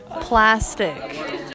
Plastic